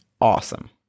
awesome